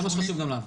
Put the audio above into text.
זה מה שחשוב גם לנו.